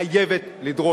חייבת לדרוש בחירות.